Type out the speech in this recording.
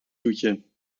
toetje